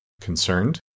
concerned